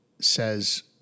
says